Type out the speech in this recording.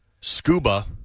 scuba